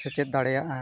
ᱥᱮᱪᱮᱫ ᱫᱟᱲᱮᱭᱟᱜᱼᱟ